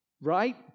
right